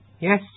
Yes